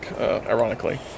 ironically